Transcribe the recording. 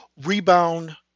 rebound